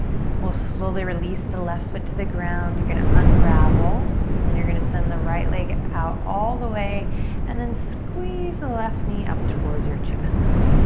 we'll slowly release the left foot to the ground. you're gonna unravel and then you're gonna send the right leg out all the way and then squeeze the left knee up towards your chest.